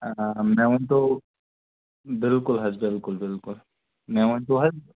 آ مےٚ ؤنۍتو بِلکُل حظ بِلکُل بِلکُل بِلکُل مےٚ ؤنۍتو حظ